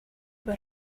were